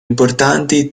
importanti